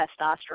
testosterone